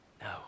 No